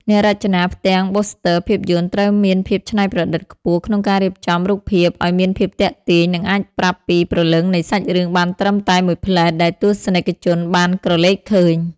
អ្នករចនាផ្ទាំងប៉ូស្ទ័រភាពយន្តត្រូវមានភាពច្នៃប្រឌិតខ្ពស់ក្នុងការរៀបចំរូបភាពឱ្យមានភាពទាក់ទាញ និងអាចប្រាប់ពីព្រលឹងនៃសាច់រឿងបានត្រឹមតែមួយភ្លែតដែលទស្សនិកជនបានក្រឡេកឃើញ។